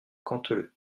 canteleu